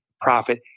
profit